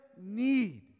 need